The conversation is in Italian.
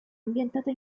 ambientata